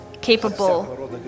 capable